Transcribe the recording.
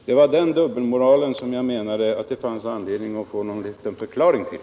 Det var den dubbelmoralen jag menade det fanns anledning att få en liten förklaring till.